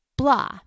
Blah